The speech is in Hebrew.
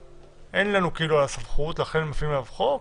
שאין לנו כאילו עליו סמכות, לכן מפעילים עליו חוק,